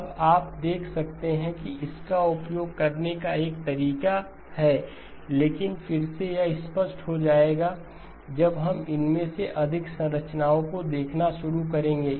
अब आप देख सकते हैं कि इसका उपयोग करने का एक तरीका है लेकिन फिर से यह स्पष्ट हो जाएगा जब हम इनमें से अधिक संरचनाओं को देखना शुरू करेंगे